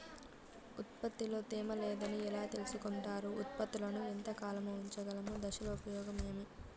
ఉత్పత్తి లో తేమ లేదని ఎలా తెలుసుకొంటారు ఉత్పత్తులను ఎంత కాలము ఉంచగలము దశలు ఉపయోగం ఏమి?